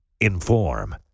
Inform